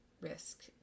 risk